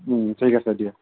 ঠিক আছে দিয়া